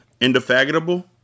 Indefatigable